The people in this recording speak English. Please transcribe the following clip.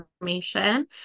information